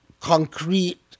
concrete